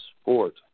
sport